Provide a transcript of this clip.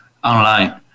online